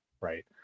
Right